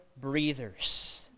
breathers